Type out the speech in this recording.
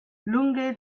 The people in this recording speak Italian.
lunghe